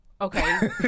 Okay